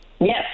Yes